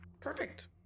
Perfect